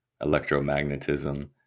electromagnetism